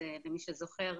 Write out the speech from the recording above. למי שזוכר,